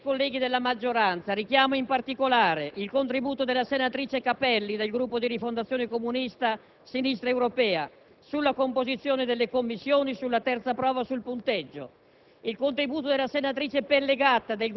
Importanti sono stati i contributi dei colleghi della maggioranza. Richiamo, in particolare, quello della senatrice Capelli del Gruppo di Rifondazione Comunista-Sinistra Europea, sulla composizione delle commissioni, sulla terza prova e sul punteggio;